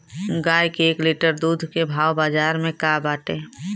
गाय के एक लीटर दूध के भाव बाजार में का बाटे?